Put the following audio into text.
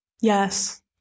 Yes